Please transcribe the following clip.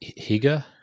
Higa